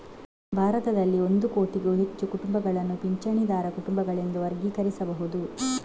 ಭಾರತದಲ್ಲಿ ಒಂದು ಕೋಟಿಗೂ ಹೆಚ್ಚು ಕುಟುಂಬಗಳನ್ನು ಪಿಂಚಣಿದಾರ ಕುಟುಂಬಗಳೆಂದು ವರ್ಗೀಕರಿಸಬಹುದು